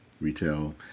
Retail